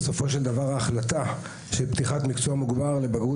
בסופו של דבר ההחלטה של פתיחת מקצוע מוגבר לבגרות